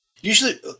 usually